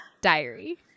diary